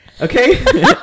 okay